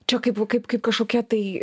čia kaip kaip kaip kažkokia tai